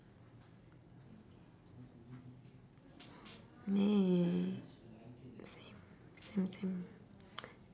neh same same same